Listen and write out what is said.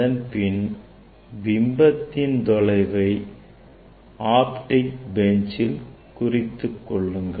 அதன்பின் பிம்பத்தின் தொலைவை Optic benchல் குறித்துக்கொள்ளுங்கள்